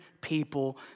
people